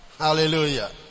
Hallelujah